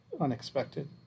unexpected